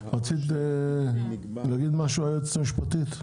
רצית להגיד משהו, היועצת המשפטית?